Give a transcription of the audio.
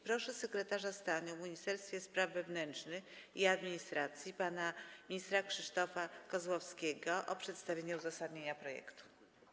Proszę sekretarza stanu w Ministerstwie Spraw Wewnętrznych i Administracji pana ministra Krzysztofa Kozłowskiego o przedstawienie uzasadnienia projektu.